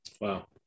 Wow